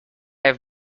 have